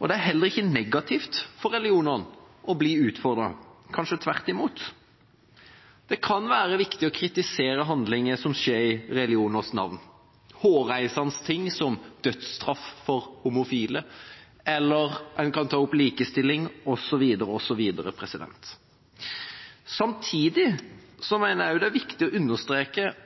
og det er heller ikke negativt for religionene å bli utfordret, kanskje tvert imot. Det kan være viktig å kritisere handlinger som skjer i religioners navn, hårreisende ting som dødsstraff for homofile, eller en kan ta opp likestilling osv. Samtidig mener jeg det er viktig å understreke